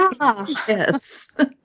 Yes